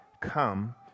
come